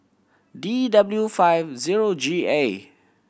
D W five zero G A